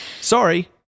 sorry